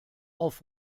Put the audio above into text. auf